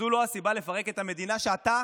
זו לא הסיבה לפרק את המדינה שאתה